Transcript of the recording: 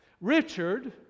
Richard